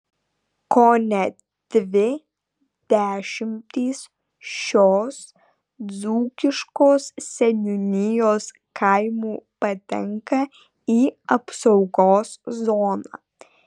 kone dvi dešimtys šios dzūkiškos seniūnijos kaimų patenka į apsaugos zoną